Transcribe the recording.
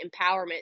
empowerment